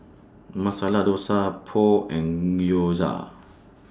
Masala Dosa Pho and Gyoza